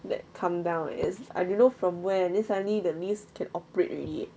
that come down eh is I don't know from where then suddenly the lift can operate already